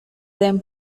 them